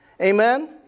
Amen